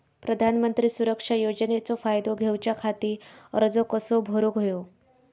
प्रधानमंत्री सुरक्षा योजनेचो फायदो घेऊच्या खाती अर्ज कसो भरुक होयो?